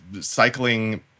cycling